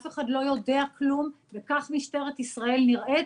אף אחד לא יודע כלום וכך משטרת ישראל נראית.